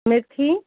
मेथी